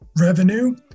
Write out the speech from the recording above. revenue